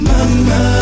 Mama